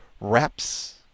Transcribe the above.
wraps